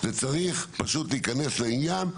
צריך פשוט להיכנס לעניין,